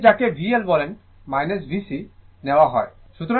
আপনি যাকে VL বলেন VC নেওয়া হয়